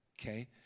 okay